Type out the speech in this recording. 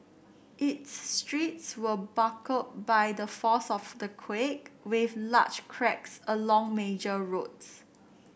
its streets were buckled by the force of the quake with large cracks along major roads